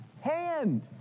hand